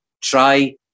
try